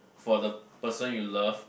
for the person you love